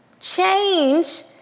Change